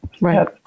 Right